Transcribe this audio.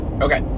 Okay